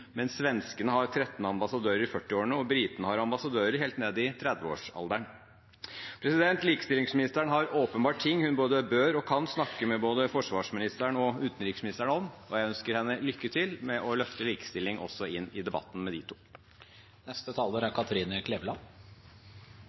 svenskene har 13 ambassadører i 40-årene og britene har ambassadører helt nede i 30-årsalderen. Likestillingsministeren har åpenbart ting hun både bør og kan snakke med både forsvarsministeren og utenriksministeren om, og jeg ønsker henne lykke til med å løfte likestilling også inn i debatten med de to. Likestilling er